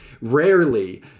rarely